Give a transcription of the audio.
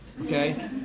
okay